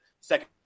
second